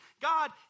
God